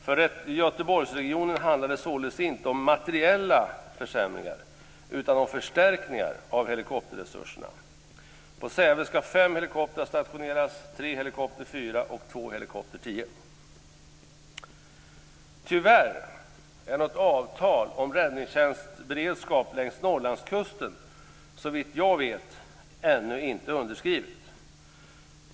För Göteborgsregionen handlar det således inte om materiella försämringar utan om förstärkningar av helikopterresurserna. På Säve skall fem helikoptrar stationeras, tre hkp 4 och två hkp 10. Tyvärr är något avtal om räddningstjänstberedskap längs Norrlandskusten, såvitt jag vet, ännu inte underskrivet.